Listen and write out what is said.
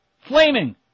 Flaming